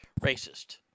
racist